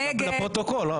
רק לפרוטוקול.